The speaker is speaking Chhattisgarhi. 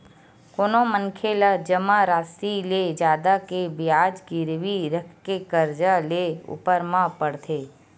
कोनो मनखे ला जमा रासि ले जादा के बियाज गिरवी रखके करजा लेय ऊपर म पड़थे